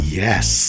yes